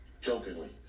Jokingly